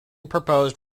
proposed